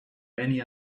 many